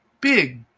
big